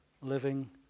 living